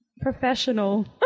professional